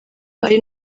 ari